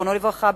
זיכרונו לברכה,